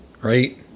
Right